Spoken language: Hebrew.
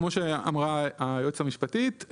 כמו שאמרה היועצת המשפטית,